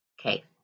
Okay